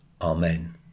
Amen